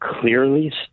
clearly